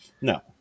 No